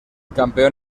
campeón